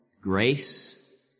grace